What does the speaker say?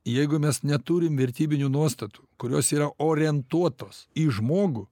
jeigu mes neturim vertybinių nuostatų kurios yra orientuotos į žmogų